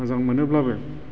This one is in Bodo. मोजां मोनोब्लाबो